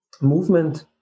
movement